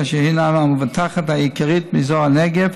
אשר הינה המבטחת העיקרית באזור הנגב.